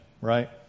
Right